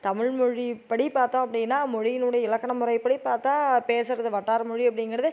தமிழ்மொழிப்படி பார்த்தோம் அப்படின்னா மொழியினுடைய இலக்கண முறைப்படி பார்த்தா பேசுகிறது வட்டார மொழி அப்படிங்கிறது